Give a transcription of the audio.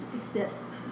exist